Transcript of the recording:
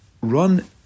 run